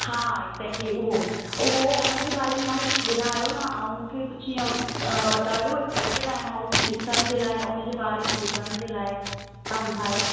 हा एक्झॅक्टली उहो उहो उनजे बारे में मूंखे कुझु ॿुधायो न ऐं मूंखे कुझु इएं ॾाढो एक्साइटेड आहियां मां उहो सभु ॾिसण जे लाइ उनजे बारे में ॿुधण जे लाइ तव्हां ॿुधायो